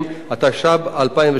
התשע"ב 2012,